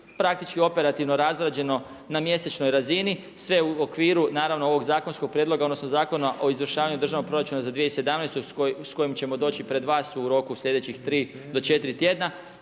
praktički operativno razrađeno na mjesečnoj razini sve u okviru naravno ovog zakonskog prijedlog odnosno Zakona o izvršavanju državnog proračuna za 2017. s kojim ćemo doći pred vas u roku sljedećih 3 do 4 tjedna